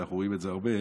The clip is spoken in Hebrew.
אנחנו רואים את זה הרבה,